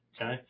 Okay